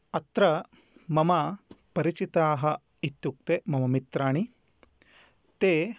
अत्र मम परिचिताः इत्युक्ते मम मित्राणि ते